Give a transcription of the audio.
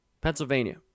Pennsylvania